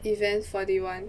event forty one